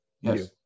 yes